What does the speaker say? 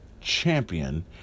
champion